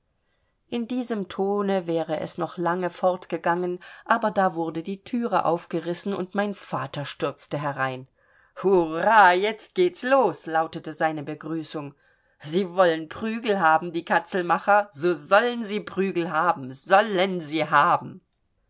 in diesem tone wäre es noch lange fortgegangen aber da wurde die thüre aufgerissen und mein vater stürzte herein hurrah jetzt geht's los lautete seine begrüßung sie wollen prügel haben die katzelmacher so sollen sie prügel haben sollen sie haben